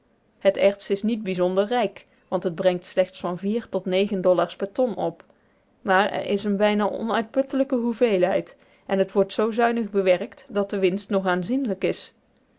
het erts is niet bijzonder rijk want het brengt slechts van vier tot negen dollars per ton op maar er is eene bijna onuitputtelijke hoeveelheid en het wordt zoo zuinig bewerkt dat de winst nog aanzienlijk is